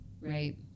right